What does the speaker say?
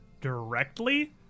directly